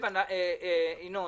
המינימום